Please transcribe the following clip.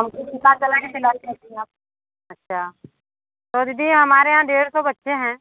हमको पता चला कि सिलाई करती हैं आप अच्छा तो दीदी हमारे यहाँ डेढ़ सौ बच्चे हैं